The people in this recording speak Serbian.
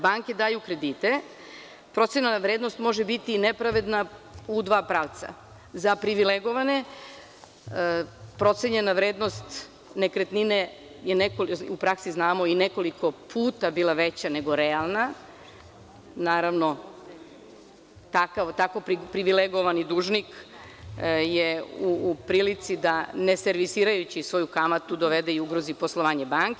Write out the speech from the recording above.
Banke daju kredite, procenjena vrednost može biti nepravedna u dva pravca, za privilegovane, procenjena vrednost nekretnine je u praksi znamo i nekoliko puta bila veća nego realna, naravno tako privilegovani dužnik je u prilici da neservisirajući svoju kamatu dovede i ugrozi poslovanje banke.